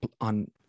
on